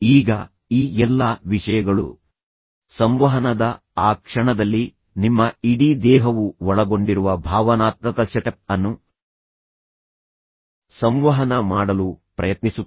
ಈಗ ಈ ಎಲ್ಲಾ ವಿಷಯಗಳು ಸಂವಹನದ ಆ ಕ್ಷಣದಲ್ಲಿ ನಿಮ್ಮ ಇಡೀ ದೇಹವು ಒಳಗೊಂಡಿರುವ ಭಾವನಾತ್ಮಕ ಸೆಟಪ್ ಅನ್ನು ಸಂವಹನ ಮಾಡಲು ಪ್ರಯತ್ನಿಸುತ್ತವೆ